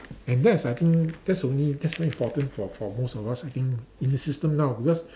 and that's I think that's only that's very important for for most of us I think in the system now because